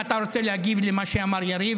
אם אתה רוצה להגיב למה שאמר יריב,